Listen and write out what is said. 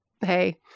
hey